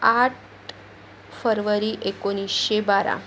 आठ फरवरी एकोणिसशे बारा